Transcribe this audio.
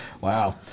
wow